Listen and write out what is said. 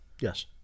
Yes